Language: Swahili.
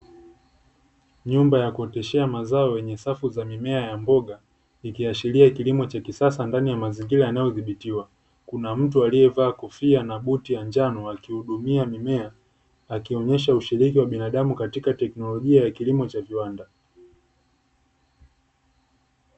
Nyumba ya kuoteshea mazao yenye safu za mimea ya mboga, ikiashiria kilimo cha kisasa ndani ya mazingira yanayodhibitiwa. Kuna mtu alievaa kofia na buti ya njano akihudumia mimea, akionesha ushiriki wa binadamu katika teknolojia ya kilimo cha viwanda.